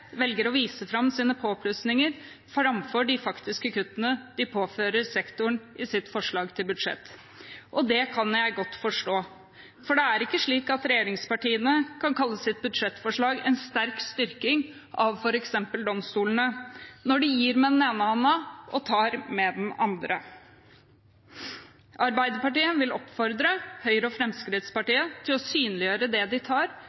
velger å vise fram sine påplussinger framfor de faktiske kuttene de påfører sektoren i sitt forslag til budsjett. Det kan jeg godt forstå, for det er ikke slik at regjeringspartiene kan kalle sitt budsjettforslag en sterk styrking av f.eks. domstolene når de gir med den ene hånden og tar med den andre. Arbeiderpartiet vil oppfordre Høyre og Fremskrittspartiet til å synliggjøre det de tar,